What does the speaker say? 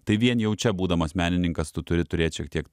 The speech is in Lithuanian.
tai vien jau čia būdamas menininkas turi turėt šiek tiek